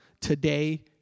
today